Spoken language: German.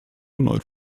erneut